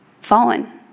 fallen